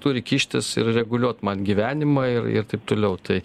turi kištis ir reguliuot man gyvenimą ir ir taip toliau tai